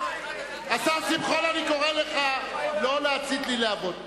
השר שמחון, אני קורא לך לא להצית לי להבות פה.